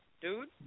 dude